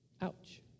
Ouch